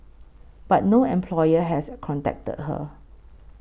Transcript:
but no employer has contacted her